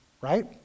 right